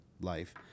life